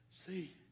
See